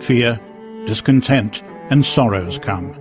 fear discontent and sorrows come